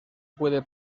puede